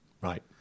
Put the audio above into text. Right